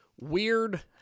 weird